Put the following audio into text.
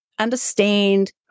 Understand